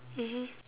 mmhmm